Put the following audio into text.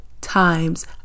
times